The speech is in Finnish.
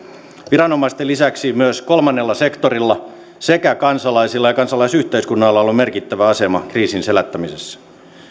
viranomaisten lisäksi myös kolmannella sektorilla sekä kansalaisilla ja kansalaisyhteiskunnalla on ollut merkittävä asema kriisin selättämisessä